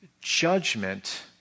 judgment